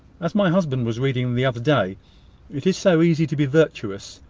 as my husband was reading the other day it is so easy to be virtuous,